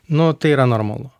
nu tai yra normalu